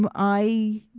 but i,